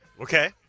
Okay